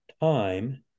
time